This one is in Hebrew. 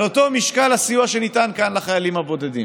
על אותו משקל הסיוע שניתן כאן לחיילים הבודדים.